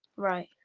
right.